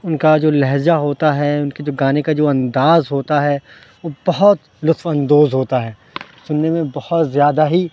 ان کا جو لہجہ ہوتا ہے ان کے جو گانے کا جو انداز ہوتا ہے وہ بہت لطف اندوز ہوتا ہے سننے میں بہت زیادہ ہی